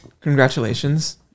congratulations